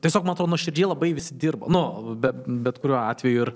tiesiog matau nuoširdžiai labai visi dirbo nu be bet kuriuo atveju ir